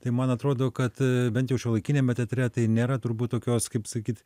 tai man atrodo kad bent jau šiuolaikiniame teatre tai nėra turbūt tokios kaip sakyt